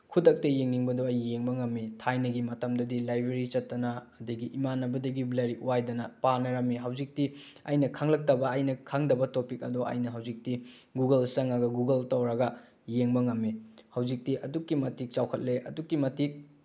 ꯈꯨꯗꯛꯇ ꯌꯦꯡꯅꯤꯡꯕꯗꯣ ꯌꯦꯡꯕ ꯉꯝꯃꯤ ꯊꯥꯏꯅꯒꯤ ꯃꯇꯝꯗꯗꯤ ꯂꯥꯏꯕ꯭ꯔꯦꯔꯤ ꯆꯠꯇꯅ ꯑꯗꯒꯤ ꯏꯃꯥꯟꯅꯕꯗꯒꯤ ꯂꯥꯏꯔꯤꯛ ꯋꯥꯏꯗꯅ ꯄꯥꯅꯔꯝꯃꯤ ꯍꯧꯖꯤꯛꯇꯤ ꯑꯩꯅ ꯈꯪꯂꯛꯇꯕ ꯑꯩꯅ ꯈꯪꯗꯕ ꯇꯣꯄꯤꯛ ꯑꯗꯣ ꯑꯩꯅ ꯍꯧꯖꯤꯛꯇꯤ ꯒꯨꯒꯜ ꯆꯪꯉꯒ ꯒꯨꯒꯜ ꯇꯧꯔꯒ ꯌꯦꯡꯕ ꯉꯝꯃꯤ ꯍꯧꯖꯤꯛꯇꯤ ꯑꯗꯨꯛꯀꯤ ꯃꯇꯤꯛ ꯆꯥꯎꯈꯠꯂꯦ ꯑꯗꯨꯛꯀꯤ ꯃꯇꯤꯛ